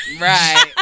Right